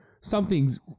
something's